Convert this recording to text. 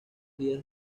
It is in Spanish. días